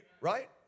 Right